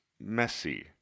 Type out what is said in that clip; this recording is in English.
messy